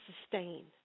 sustain